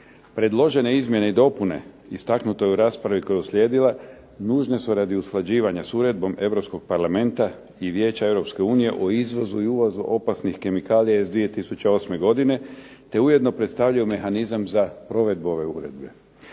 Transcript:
Predložene izmjene i dopune istaknuto je u raspravi koja je uslijedila nužne su radi usklađivanja s Uredbom Europskog parlamenta i Vijeća Europske Unije o izvozu i uvozu opasnih kemikalija iz 2008. godine, te ujedno predstavljaju mehanizam za provedbu ove Uredbe.